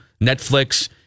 Netflix